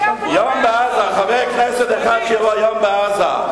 חבר כנסת אחד תראו יום בעזה,